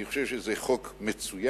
אני חושב שזה חוק מצוין,